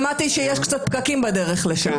שמעתי שיש קצת פקקים בדרך לשם,